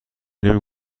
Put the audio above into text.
نمی